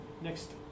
Next